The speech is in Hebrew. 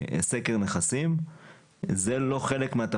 לעשות, כמו אישורי מסירה, כי זה עולה להם כסף.